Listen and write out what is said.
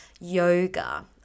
yoga